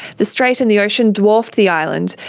the strait and the ocean dwarfed the island,